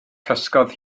cysgodd